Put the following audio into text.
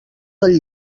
del